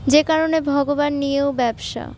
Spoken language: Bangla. যে কারণে ভগবান নিয়েও ব্যবসা